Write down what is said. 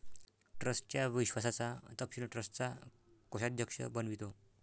ट्रस्टच्या विश्वासाचा तपशील ट्रस्टचा कोषाध्यक्ष बनवितो